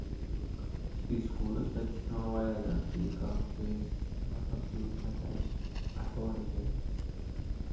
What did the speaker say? city سٔکوٗلَس تَتہِ چھُ پیوان واریاہ زیادٕ فیٖس کَرُن پے مطلب تیوٗت چھِنہٕ أسۍ ہٮ۪کان اٮ۪فٲڈٕے کٔرِتھ